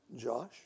Josh